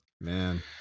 man